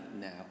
now